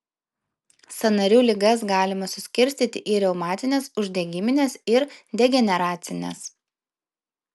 sąnarių ligas galima suskirstyti į reumatines uždegimines ir degeneracines